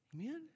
Amen